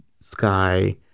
sky